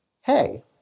hey